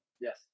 Yes